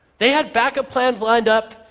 they had backup plans lined up,